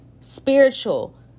Spiritual